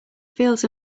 fields